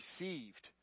received